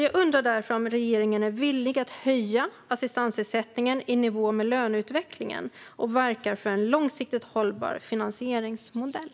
Jag undrar därför om regeringen är villig att höja assistansersättningen i nivå med löneutvecklingen och verka för en långsiktigt hållbar finansieringsmodell.